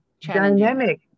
dynamic